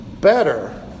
better